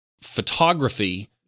photography